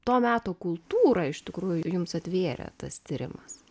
to meto kultūrą iš tikrųjų jums atvėrė tas tyrimas